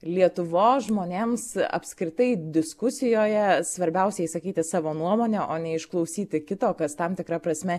lietuvos žmonėms apskritai diskusijoje svarbiausia išsakyti savo nuomonę o ne išklausyti kito kas tam tikra prasme